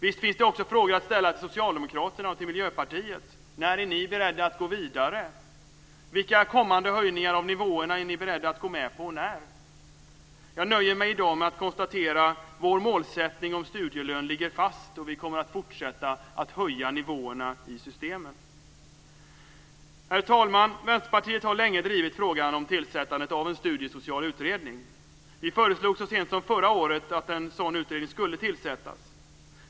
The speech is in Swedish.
Visst finns det också frågor att ställa till Socialdemokraterna och till Miljöpartiet. När är ni beredda att gå vidare? Vilka kommande höjningar av nivåerna är ni beredda att gå med på och när? Jag nöjer mig i dag med att konstatera att vår målsättning om studielön ligger fast. Vi kommer att fortsätta att höja nivåerna i systemen. Herr talman! Vänsterpartiet har länge drivit frågan om tillsättandet av en studiesocial utredning. Vi föreslog så sent som förra året att en sådan utredning skulle tillsättas.